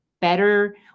better